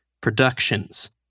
Productions